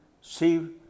See